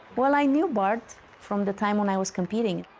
well, i knew bart from the time when i was competing.